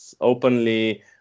openly